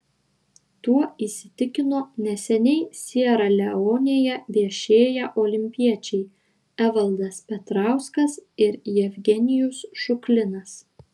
tuo įsitikino neseniai siera leonėje viešėję olimpiečiai evaldas petrauskas ir jevgenijus šuklinas